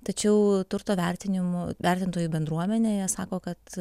tačiau turto vertinimo vertintojų bendruomenėje sako kad